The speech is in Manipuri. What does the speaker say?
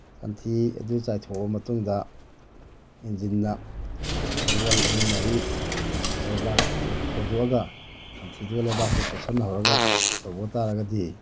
ꯁꯟꯊꯤ ꯑꯗꯨ ꯆꯥꯏꯊꯣꯛꯂꯕ ꯃꯇꯨꯡꯗ ꯏꯟꯖꯤꯟꯅ ꯂꯧꯋꯣꯜ ꯑꯍꯨꯝ ꯃꯔꯤ ꯂꯩꯕꯥꯛꯇꯨ ꯈꯣꯏꯗꯣꯛꯑꯒ ꯁꯟꯊꯤꯗꯨꯒ ꯂꯩꯕꯥꯛꯇꯨꯒ ꯇꯣꯠꯁꯤꯟꯅꯍꯧꯔꯒ ꯇꯧꯕ ꯇꯥꯔꯒꯗꯤ